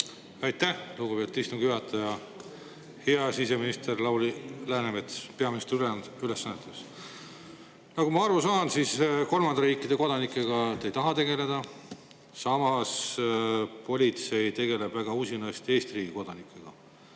Aitäh, lugupeetud istungi juhataja! Hea siseminister Lauri Läänemets peaministri ülesannetes! Nagu ma aru saan, kolmandate riikide kodanikega te ei taha tegeleda. Samas, politsei tegeleb väga usinasti Eesti riigi kodanikega.